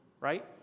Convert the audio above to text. Right